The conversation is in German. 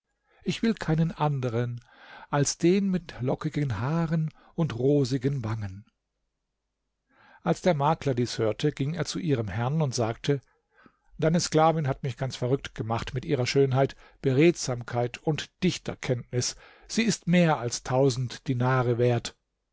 ich will keinen andere als den mit lockigen haaren und rosigen wangen als der makler dies hörte ging er zu ihrem herrn und sagte deine sklavin hat mich ganz verrückt gemacht mit ihrer schönheit beredsamkeit und dichterkenntnis sie ist mehr als tausend dinare wert